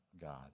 God